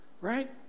right